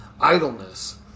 idleness